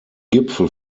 gipfel